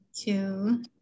two